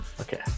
Okay